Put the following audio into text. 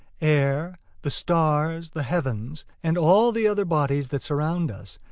air the stars, the heavens, and all the other bodies that surround us,